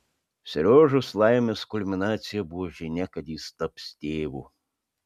seriožos laimės kulminacija buvo žinia kad jis taps tėvu